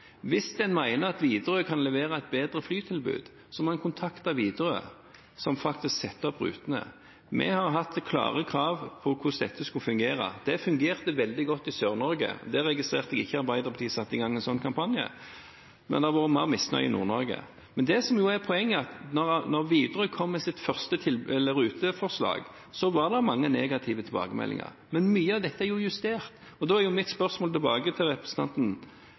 Hvis en mener at Widerøe kan levere et bedre flytilbud, må en kontakte Widerøe, som faktisk setter opp rutene. Vi har hatt klare krav til hvordan dette skal fungere. Det fungerte veldig godt i Sør-Norge, og der har jeg ikke registrert at Arbeiderpartiet har satt i gang en sånn kampanje. Det har vært mer misnøye i Nord-Norge. Det som er poenget, er at da Widerøe kom med sitt første ruteforslag, var det mange negative tilbakemeldinger, men mye av dette er jo justert. Da er mitt spørsmål tilbake til representanten: